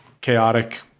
chaotic